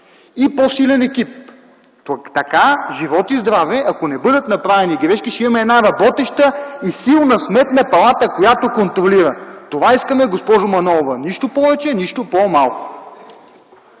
и по-силен екип. Така, живот и здраве, ако не бъдат направени грешки, ще имаме една работеща и силна Сметна палата, която контролира! Това искаме, госпожо Манолова! Нищо повече, нищо по-малко.